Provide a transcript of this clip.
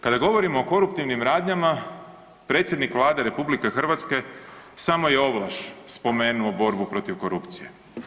Kada govorimo o koruptivnim radnjama predsjednik Vlade RH samo je ovlaš spomenuo borbu protiv korupcije.